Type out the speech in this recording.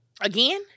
Again